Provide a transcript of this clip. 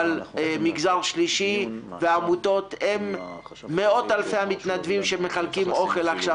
אבל המגזר השלישי והעמותות הם מאות אלפי המתנדבים שמחלקים אוכל עכשיו,